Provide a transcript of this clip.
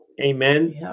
Amen